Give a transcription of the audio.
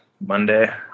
Monday